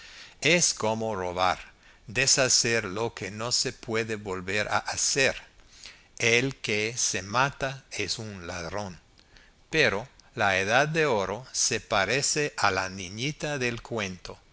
es como robar deshacer lo que no se puede volver a hacer el que se mata es un ladrón pero la edad de oro se parece a la niñita del cuento